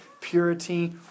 purity